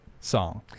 song